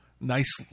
Nice